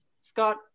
Scott